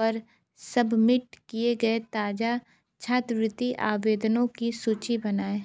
पर सबमिट किए गए ताज़ा छात्रवृत्ति आवेदनों की सूची बनाएँ